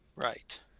Right